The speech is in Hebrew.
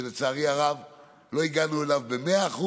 ולצערי הרב לא הגענו אליו ב-100%,